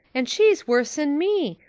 and she's worse'n me,